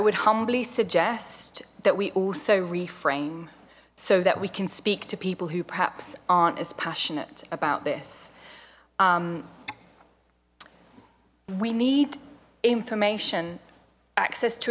would humbly suggest that we also refrain so that we can speak to people who perhaps aren't as passionate about this we need information access to